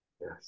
yes